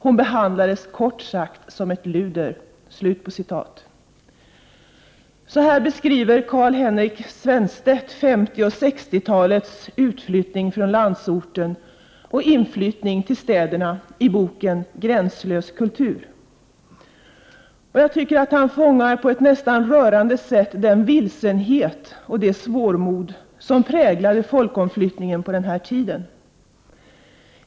Hon behandlades kort sagt som ett luder.” Så här beskriver Carl Henrik Svenstedt 50 och 60-talens utflyttning från landsorten och inflyttning till städerna i boken ”Gränslös Kultur”. Jag tycker att han på ett nästan rörande sätt fångar den vilsenhet och det svårmod som präglade folkomflyttningen på den tiden.